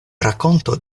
rakonto